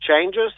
changes